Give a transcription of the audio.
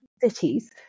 cities